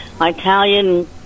Italian